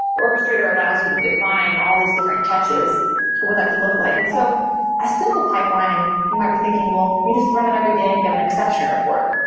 the orchestrator allows you to define all these different catches for what that could look like. and so a simple pipeline, you might be thinking, well, you just run it every day and get an exception report.